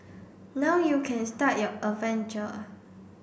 now you can start your adventure